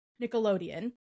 Nickelodeon